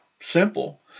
Simple